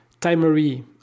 Timery